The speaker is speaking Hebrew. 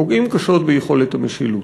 פוגעים קשות ביכולת המשילות.